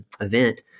event